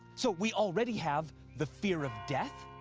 so we already have the fear of death,